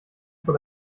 vor